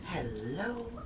Hello